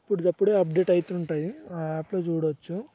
అప్పుడదప్పుడే update అవుతుంటాయి ఆ యాప్లో చూడవచ్చు